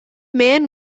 man